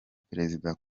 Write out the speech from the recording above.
perezida